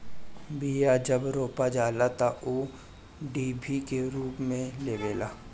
बिया जब रोपा जाला तअ ऊ डिभि के रूप लेवेला